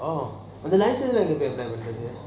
oh license எனக பொய் பண்றது:enaga poi panrathu